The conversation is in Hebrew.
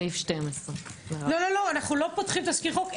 סעיף 12. לא, לא, אנחנו לא פותחים תזכיר חוק.